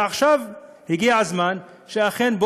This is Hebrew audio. ועכשיו הגיע הזמן שאכן,